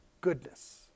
Goodness